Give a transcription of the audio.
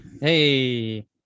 Hey